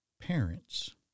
parents